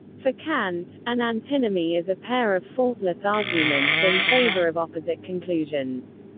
for kant, an antinomy is a pair of faultless arguments in favor of opposite conclusions.